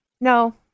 No